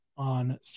on